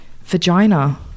vagina